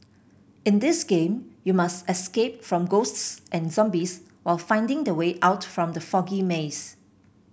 in this game you must escape from ghosts and zombies while finding the way out from the foggy maze